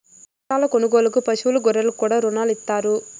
యంత్రాల కొనుగోలుకు పశువులు గొర్రెలకు కూడా రుణాలు ఇత్తారు